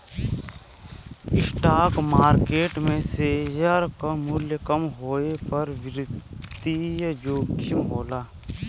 stock market में share क मूल्य कम होये पर वित्तीय जोखिम होला